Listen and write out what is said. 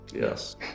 Yes